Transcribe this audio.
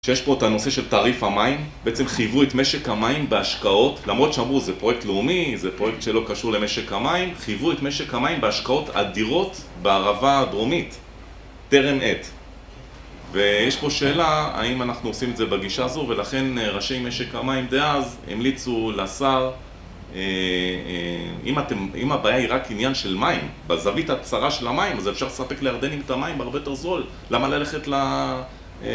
שיש פה את הנושא של תעריף המים. בעצם חייבו את משק המים בהשקעות, למרות שאמרו, זה פרויקט לאומי, זה פרויקט שלא קשור למשק המים, חייבו את משק המים בהשקעות אדירות בערבה הדרומית, תרם עת. ויש פה שאלה, האם אנחנו עושים את זה בגישה הזו, ולכן ראשי משק המים דאז המליצו לשר, אם הבעיה היא רק עניין של מים, בזווית הצרה של המים, אז אפשר לספק לירדנים את המים בהרבה יותר זול, למה ללכת ל...